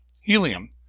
helium